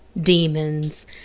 demons